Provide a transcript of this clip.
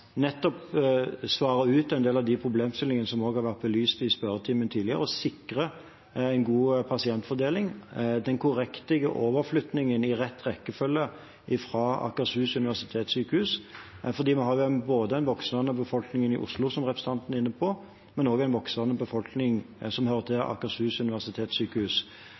svare ut en del av de problemstillingene som også har vært belyst i spørretimen tidligere, å sikre en god pasientfordeling og den korrekte overflyttingen i rett rekkefølge fra Akershus universitetssykehus. Vi har ikke bare en voksende befolkning i Oslo, som representanten er inne på, men også en voksende befolkning som hører til Akershus universitetssykehus.